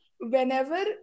whenever